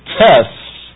tests